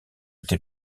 été